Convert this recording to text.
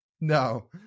No